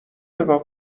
نگاه